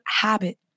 habit